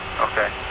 Okay